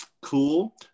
cool